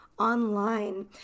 online